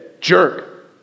jerk